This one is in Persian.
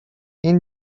این